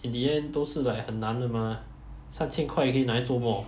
in the end 都是 like 很难的 mah 三千块可以拿来做什么